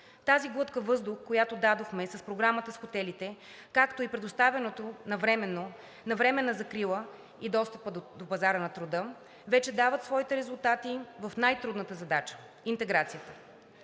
Тази глътка въздух, която дадохме с програмата с хотелите, както и предоставената временна закрила и достъпа до пазара на труда вече дават своите резултати в най-трудната задача – интеграцията.